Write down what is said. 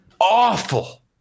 awful